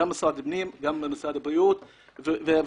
כך גם משרד הפנים וכך גם משרד הבריאות וכדומה.